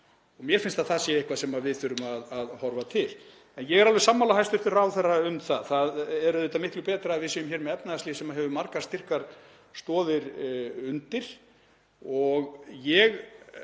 Mér finnst að það sé eitthvað sem við þurfum að horfa til. En ég er alveg sammála hæstv. ráðherra um að það er miklu betra að við séum með efnahagslíf sem hefur margar styrkar stoðir undir. Ég